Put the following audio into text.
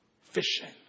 fishing